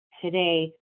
today